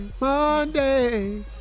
Monday